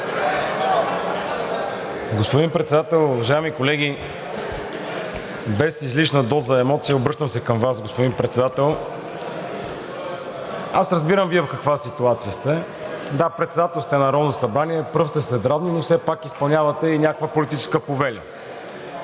Господин Председател, уважаеми колеги! Без излишна доза емоция се обръщам към Вас, господин Председател! Аз разбирам Вие в каква ситуацията сте. Да, председател сте на Народното събрание, пръв сте сред равни, но все пак изпълнявате и някаква политическа повеля,